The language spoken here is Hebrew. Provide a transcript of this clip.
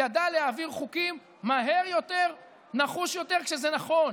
ידע להעביר חוקים מהר יותר, נחוש יותר, כשזה נכון.